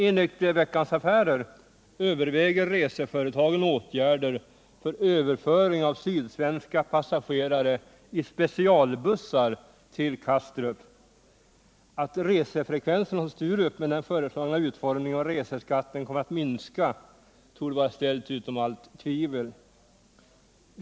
Enligt Veckans Affärer överväger reseföretagen åtgärder för överföring av sydsvenska passagerare i specialbussar till Kastrup. Att resefrekvensen från Sturup med den föreslagna utformningen av reseskatten kommer att minska torde vara ställt utom allt tvivel.